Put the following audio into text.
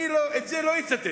את זה אני לא אצטט,